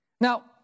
Now